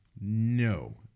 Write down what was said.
No